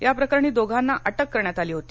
याप्रकरणी दोघांना अटक करण्यात आली होती